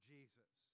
Jesus